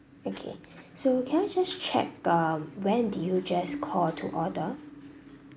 okay so can I just check um when did you just call to order